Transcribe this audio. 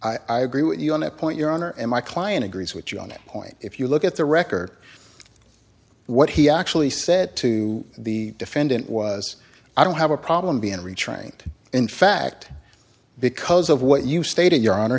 i agree with you on that point your honor my client agrees with you on that point if you look at the record what he actually said to the defendant was i don't have a problem being retrained in fact because of what you stated your honor